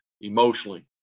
emotionally